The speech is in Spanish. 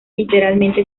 literalmente